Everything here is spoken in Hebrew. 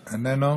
איננו,